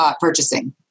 purchasing